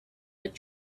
with